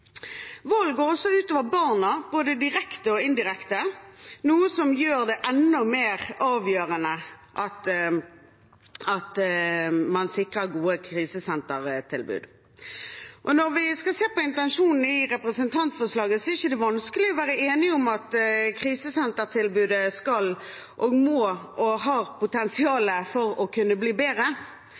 Vold går også ut over barna, både direkte og indirekte, noe som gjør det enda mer avgjørende at man sikrer gode krisesentertilbud. Når vi ser på intensjonen i representantforslaget, er det ikke vanskelig å være enige om at krisesentertilbudet skal og må, og har potensial til å kunne, bli bedre.